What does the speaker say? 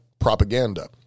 Propaganda